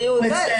בריאות,